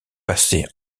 passé